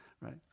right